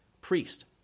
priest